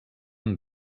amb